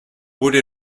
would